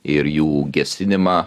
ir jų gesinimą